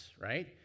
right